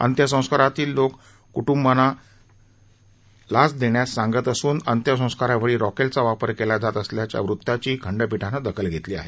अंत्यसंस्कारातील लोकं कुटुंबांना लाच देण्यास सांगत असून अंत्यसंस्कारावेळी रॉकेलचा वापर केला जात असल्याच्या वृत्ताची खंडपीठाने दखल घेतली आहे